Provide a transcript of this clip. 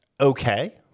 okay